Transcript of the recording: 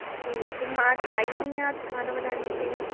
जी तुम आज आई नहीं आज खाना बनाने के लिए